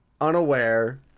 unaware